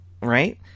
right